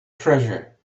treasure